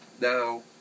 now